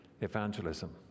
evangelism